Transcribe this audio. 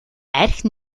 архи